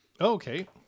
okay